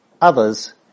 Others